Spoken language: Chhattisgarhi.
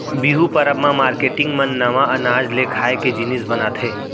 बिहू परब म मारकेटिंग मन नवा अनाज ले खाए के जिनिस बनाथे